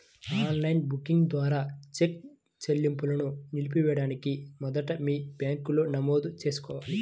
on line banking ద్వారా cheque చెల్లింపును నిలిపివేయడానికి మొదట మీ బ్యాంకులో నమోదు చేసుకోవాలి